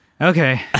Okay